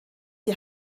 die